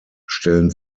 stellen